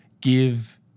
give